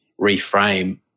reframe